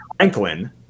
Franklin